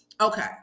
okay